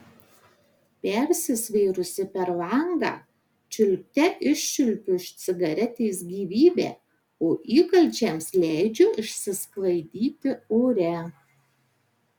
persisvėrusi per langą čiulpte iščiulpiu iš cigaretės gyvybę o įkalčiams leidžiu išsisklaidyti ore